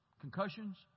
concussions